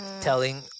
telling